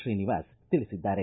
ಶ್ರೀನಿವಾಸ ತಿಳಿಸಿದ್ದಾರೆ